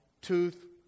tooth